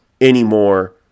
anymore